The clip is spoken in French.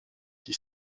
qui